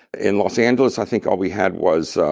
in los angeles, i think all we had was.